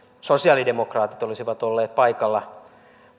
sosialidemokraatit olisivat olleet paikalla